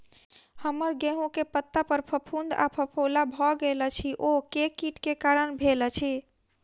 हम्मर गेंहूँ केँ पत्ता पर फफूंद आ फफोला भऽ गेल अछि, ओ केँ कीट केँ कारण भेल अछि?